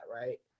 right